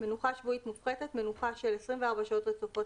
"מנוחה שבועית מופחתת" מנוחה של 24 שעות רצופות